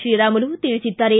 ಶ್ರೀರಾಮುಲು ತಿಳಿಸಿದ್ದಾರೆ